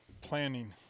Planning